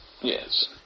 Yes